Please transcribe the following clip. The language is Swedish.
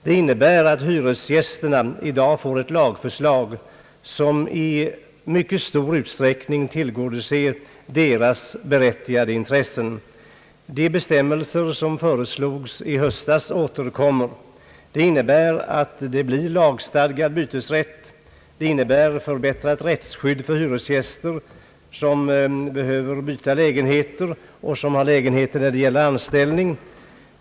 Det innebär att hyresgästerna nu får ett lagförslag som i mycket stor utsträckning tillgodoser deras berättigade intressen. De bestämmelser som föreslogs i höstas återkommer. Det innebär att det blir lagstadgad bytesrätt, det innebär förbättrat rättsskydd för hyresgäster som behöver byta lägenheter och vilka har lägenheter, uthyrda i samband med anställning.